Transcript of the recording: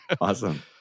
Awesome